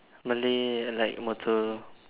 Malays like motor